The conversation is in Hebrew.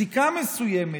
זיקה מסוימת,